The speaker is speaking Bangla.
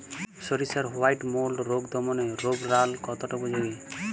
সরিষার হোয়াইট মোল্ড রোগ দমনে রোভরাল কতটা উপযোগী?